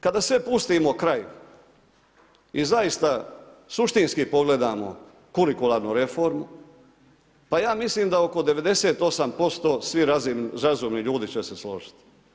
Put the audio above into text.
Kada sve pustimo kraju i zaista suštinski pogledamo kurikularnu reformu pa ja mislim da oko 88% svi razumni ljudi će se složiti.